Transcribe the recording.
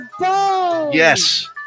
Yes